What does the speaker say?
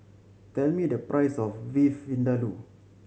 tell me the price of Beef Vindaloo